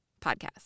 podcast